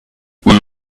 would